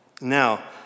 Now